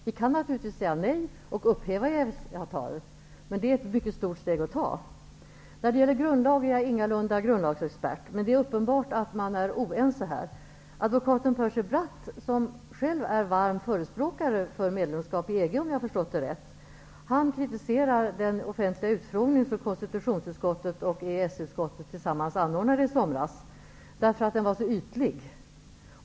Vi kan naturligtvis säga nej och upphäva EES-avtalet, men det är ett mycket stort steg att ta. Jag är ingalunda grundlagsexpert, men det är uppenbart att man är oense här. Advokaten Percy Bratt -- som själv är varm förespråkare för medlemskap i EG, om jag förstått saken rätt -- kritiserar den offentliga utfrågning som konstitutionsutskottet och EES-utskottet anordnade tillsammans i somras därför att den var så ytlig.